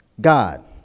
God